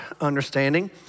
understanding